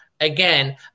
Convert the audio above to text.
again